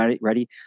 ready